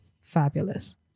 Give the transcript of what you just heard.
fabulous